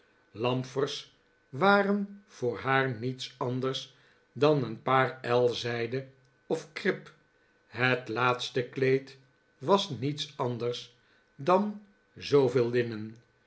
jlamfers waren voor haar niets anders dan een paar el zijde of krip het laatste kleed was niets anders dan zooveel linnen